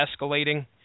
escalating